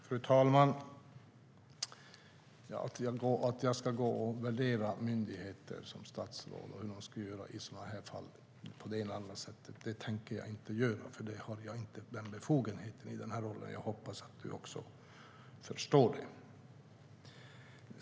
Fru talman! Jag tänker som statsråd inte värdera myndigheter och tala om vad de ska göra i sådana här fall. Det har jag inte befogenhet att göra. Det hoppas jag att du förstår, Anders Forsberg.